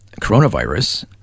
coronavirus